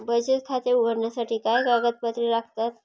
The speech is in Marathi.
बचत खाते उघडण्यासाठी काय कागदपत्रे लागतात?